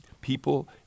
people